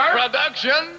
production